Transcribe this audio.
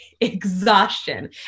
exhaustion